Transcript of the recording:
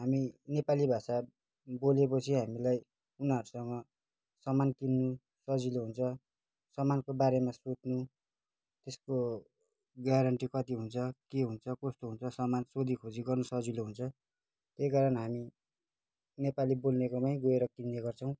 अनि नेपाली भाषा बोलेपछि हामीलाई उनीहरूसँग सामान किन्नु सजिलो हुन्छ सामानको बारेमा सोध्नु यस्तो ग्यारेन्टी कति हुन्छ के हुन्छ कस्तो हुन्छ सामान सोधीखोजी गर्नु सजिलो हुन्छ त्यही कारण हामी नेपाली बोल्नेकोमै गएर किन्ने गर्छौँ